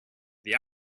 the